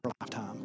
lifetime